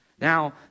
Now